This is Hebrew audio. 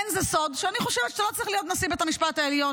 אין זה סוד שאני חושבת שהוא לא צריך להיות נשיא בית המשפט העליון.